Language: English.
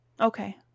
okay